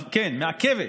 כן, מעכבת.